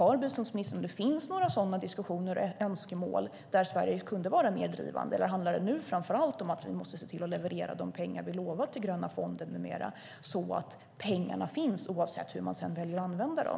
Hör biståndsministern om det finns några sådana diskussioner och önskemål där Sverige kunde vara mer drivande, eller handlar det nu framför allt om att vi måste se till att leverera de pengar vi lovat till gröna fonder med mera så att pengarna finns, oavsett hur man sedan väljer att använda dem?